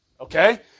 okay